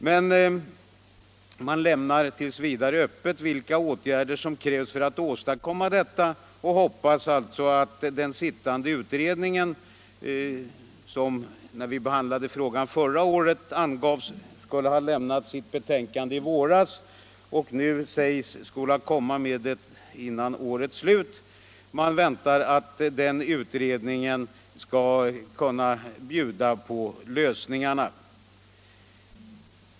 Men man lämnar t. v. öppet vilka åtgärder som krävs för att åstadkomma detta och hoppas alltså att den sittande utredningen — som när vi behandlade frågan förra året angavs skola lämna sitt betänkande under våren 1975 och nu sägs skola komma med det under årets slut — skall kunna bjuda på lösningarna.